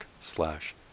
slash